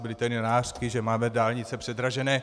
Byly tady nářky, že máme dálnice předražené.